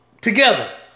together